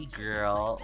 girl